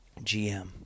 GM